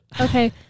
okay